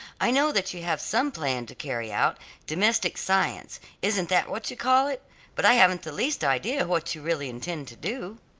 i know that you have some plan to carry out domestic science isn't that what you call it but i haven't the least idea what you really intend to do.